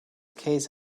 case